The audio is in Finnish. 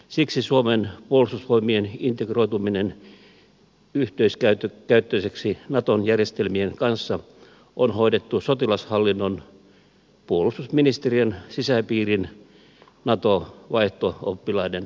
siksi suomen puolustusvoimien integroituminen yhteiskäyttöiseksi naton järjestelmien kanssa on hoidettu sotilashallinnon puolustusministeriön sisäpiirin nato vaihto oppilaiden toimesta